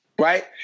Right